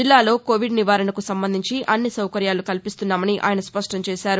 జిల్లాలో కోవిడ్ నివారణకు సంబంధించి అన్ని సౌకర్యాలు కల్పిస్తున్నామని ఆయన స్పష్టం చేసారు